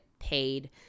Paid